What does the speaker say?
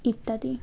ইত্যাদি